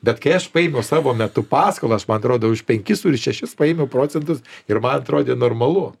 bet kai aš paėmiau savo metu paskolą aš man atrodo už penkis už šešis paėmiau procentus ir man atrodė normalu